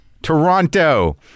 Toronto